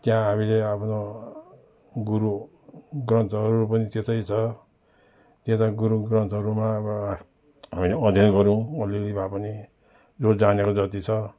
त्यहाँ हामीले आफ्नो गुरु ग्रन्थहरू पनि त्यतै छ त्यता गुरु ग्रन्थहरूमा अब हामीले अध्ययन गऱ्यौँ अलि अलि भए पनि जो जानेको जति छ